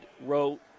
wrote